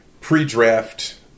pre-draft